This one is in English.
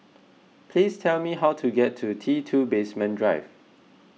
please tell me how to get to T two Basement Drive